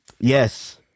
Yes